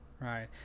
right